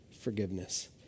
forgiveness